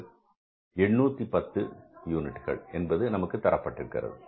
810 யூனிட்டுகள் என்பது நமக்குத் தரப்பட்டிருக்கிறது